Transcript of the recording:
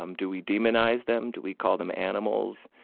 um do we demonize them? do we call them animals?